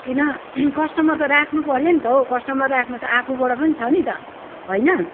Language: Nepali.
किन किन कस्टमर त राख्नु पर्यो नि त हो कस्टमर राख्नु त आफूबाट पनि छ नि त होइन